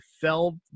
fell